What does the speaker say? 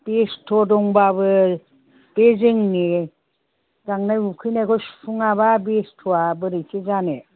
बेस्थ' दंबाबो बे जोंनि गांनाय उखैनायखौ सुफुङाबा बेस्थ'आ बोरैथो जानो